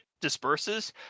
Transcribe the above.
disperses